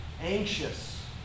anxious